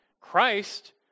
Christ